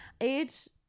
age